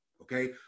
okay